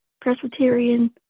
Presbyterian